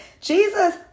Jesus